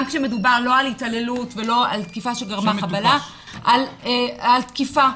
גם כאשר מדובר לא על התעללות ולא על תקיפה שגרמה לחבלה אלא תקיפה.